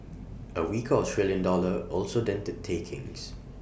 A weaker Australian dollar also dented takings